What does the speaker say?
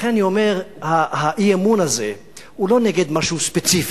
ולכן אני אומר: האי-אמון הזה הוא לא נגד משהו ספציפי,